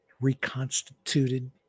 reconstituted